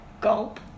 gulp